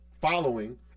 following